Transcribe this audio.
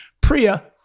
Priya